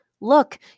Look